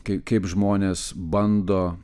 kai kaip žmonės bando